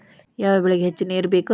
ಯಾವ ಬೆಳಿಗೆ ಹೆಚ್ಚು ನೇರು ಬೇಕು?